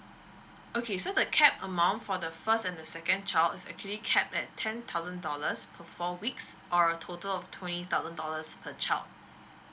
okay so the capped amount for the first and the second child is actually capped at ten thousand dollars per four weeks or a total of twenty thousand dollars per child